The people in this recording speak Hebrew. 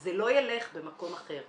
זה לא ילך במקום אחר.